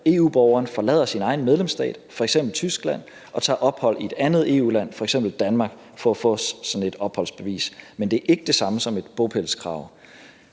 at EU-borgeren forlader sin egen medlemsstat, f.eks. Tyskland, og tager ophold i et andet EU-land, f.eks. Danmark, for at få sådan et opholdsbevis. Men det er ikke det samme som et bopælskrav.